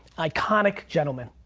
iconic gentleman.